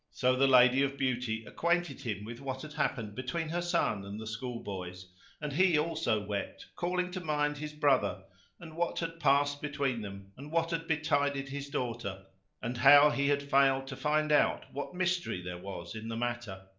so the lady of beauty acquainted him with what had happened between her son and the school boys and he also wept, calling to mind his brother and what had past between them and what had betided his daughter and how he had failed to find out what mystery there was in the matter.